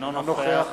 אינו נוכח